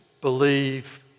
believe